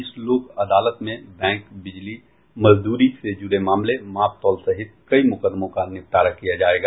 इस लोक अदालत में बैंक बिजली मजदूरी से जुड़े मामले माप तौल सहित कई मुकदमों का निपटारा किया जायेगा